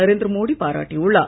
நரேந்திர மோடி பாராட்டியுள்ளார்